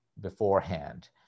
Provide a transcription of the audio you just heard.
beforehand